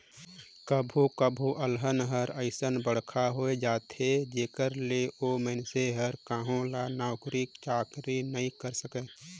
कभो कभो अलहन हर अइसन बड़खा होए जाथे जेखर ले ओ मइनसे हर कहो ल नउकरी चाकरी नइ करे सके